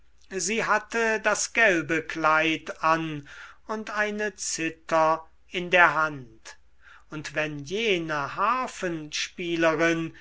sie hatte das gelbe kleid an und eine zither in der hand und wenn jene harfenspielerin